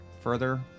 further